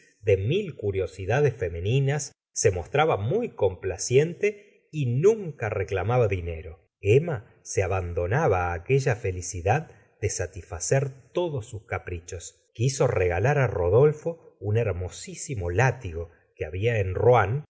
de mil curiosidades femeninas se mostraba muy complaciente y nunca reclamaba dinero emma se abandonaba á aquella felicidad de satisfacer todos sus caprichos quiso regalar á rodolfo un hermosísimo látigo que babia en rouen